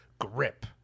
grip